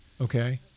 Okay